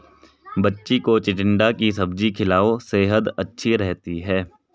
बच्ची को चिचिण्डा की सब्जी खिलाओ, सेहद अच्छी रहती है